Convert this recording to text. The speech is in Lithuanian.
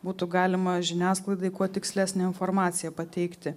būtų galima žiniasklaidai kuo tikslesnę informaciją pateikti